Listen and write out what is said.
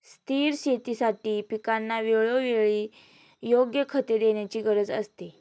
स्थिर शेतीसाठी पिकांना वेळोवेळी योग्य खते देण्याची गरज असते